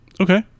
Okay